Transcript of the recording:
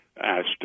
asked